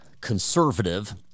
conservative